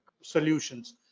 solutions